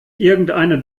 irgendeine